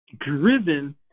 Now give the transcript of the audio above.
driven